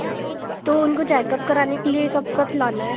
अच्छा तो उनको चेकअप कराने के लिए कब कब लाना है